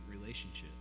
relationship